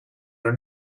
are